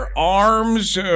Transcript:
Arms